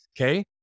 okay